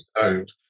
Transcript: owned